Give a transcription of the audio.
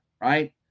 right